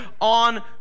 on